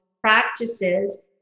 practices